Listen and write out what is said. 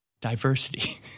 Diversity